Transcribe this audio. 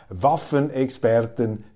Waffenexperten